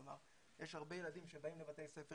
כלומר יש הרבה ילדים שבאים לבתי ספר